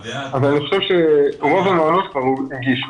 אבל אני חושב שרוב המעונות כבר הגישו.